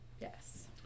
yes